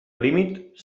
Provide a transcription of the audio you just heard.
límit